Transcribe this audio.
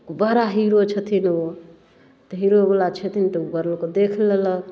बड़ा हीरो छथिन ओ तऽ हीरोवला छथिन तऽ लोग देख लेलक